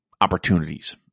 opportunities